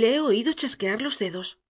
le he oído chasquear los dedos